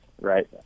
right